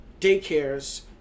daycares